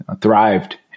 thrived